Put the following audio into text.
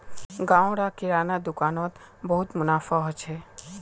गांव र किराना दुकान नोत बहुत मुनाफा हो छे